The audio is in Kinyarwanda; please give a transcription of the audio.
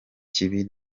kibi